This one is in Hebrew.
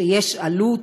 יש עלות,